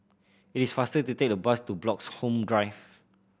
it is faster to take the bus to Bloxhome Drive